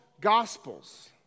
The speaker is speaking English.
gospels